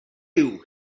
you